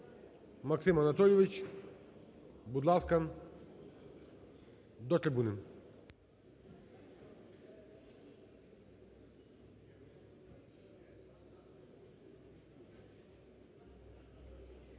Максим Анатолійович, будь ласка, до трибуни.